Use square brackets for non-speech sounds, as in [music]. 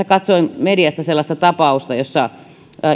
[unintelligible] katsoin mediasta sellaista tapausta jossa